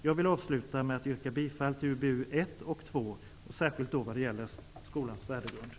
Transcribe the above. Jag vill avsluta med att yrka bifall till utskottets hemställan i UbU1 och UbU2, särskilt vad det gäller skolans värdegrund.